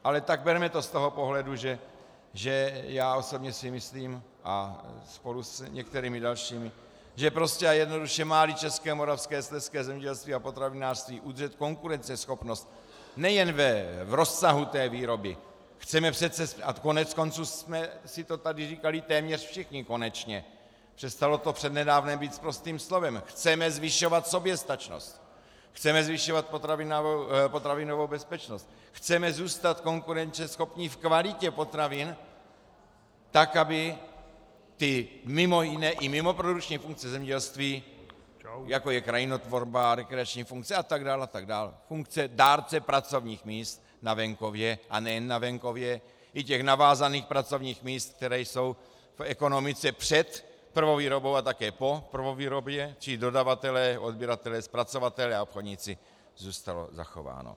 Ale tak berme to z toho pohledu, že já osobně si myslím spolu s některými dalšími, že prostě a jednoduše máli české, moravské a slezské zemědělství a potravinářství udržet konkurenceschopnost nejen v rozsahu výroby, chceme přece, a koneckonců jsme si to tady říkali téměř všichni konečně, přestalo to před nedávnem být sprostým slovem, chceme zvyšovat soběstačnost, chceme zvyšovat potravinovou bezpečnost, chceme zůstat konkurenceschopní v kvalitě potravin tak, aby ty mimo jiné i mimoprodukční funkce zemědělství, jako je krajinotvorba, rekreační funkce, atd., atd., funkce dárce pracovních míst na venkově, a nejen na venkově, i těch navázaných pracovních míst, která jsou v ekonomice před prvovýrobou a také po prvovýrobě, čili dodavatelé, odběratelé, zpracovatelé a obchodníci, zůstalo zachováno.